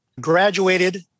graduated